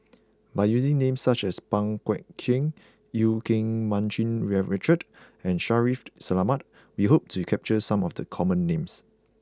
by using names such as Pang Guek Cheng Eu Keng Mun Richard and Shaffiq Selamat we hope to capture some of the common names